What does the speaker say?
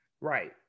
Right